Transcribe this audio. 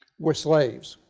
were slaves.